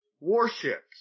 warships